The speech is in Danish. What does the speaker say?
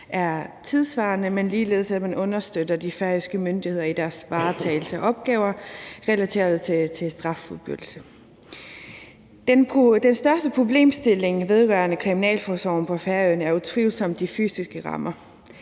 er tidssvarende, men ligeledes at man understøtter de færøske myndigheder i deres varetagelse af opgaver relateret til straffuldbyrdelse. Den største problemstilling vedrørende kriminalforsorgen på Færøerne er utvivlsomt de fysiske rammer.